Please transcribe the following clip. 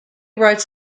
writes